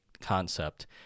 concept